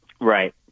Right